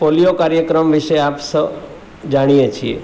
polio કાર્યક્રમ વિશે આપ સૌ જાણીએ છીએ